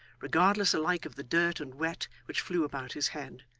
regardless alike of the dirt and wet which flew about his head,